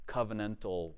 Covenantal